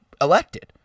elected